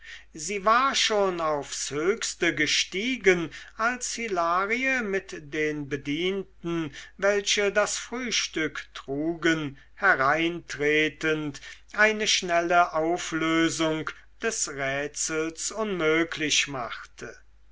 sie war schon aufs höchste gestiegen als hilarie mit den bedienten welche das frühstück trugen hereintretend eine schnelle auflösung des rätsels unmöglich machte